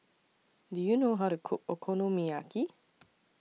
Do YOU know How to Cook Okonomiyaki